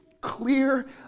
clear